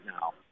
now